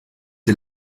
die